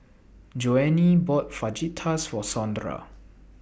Joanie bought Fajitas For Sondra